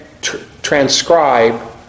transcribe